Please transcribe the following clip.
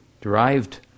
derived